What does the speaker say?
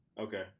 Okay